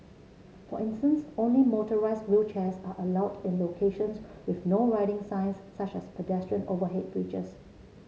for instance only motorised wheelchairs are allowed in locations with No Riding signs such as pedestrian overhead bridges